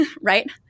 right